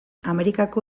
amerikako